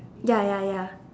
ya ya ya